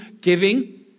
giving